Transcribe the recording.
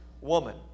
woman